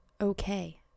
okay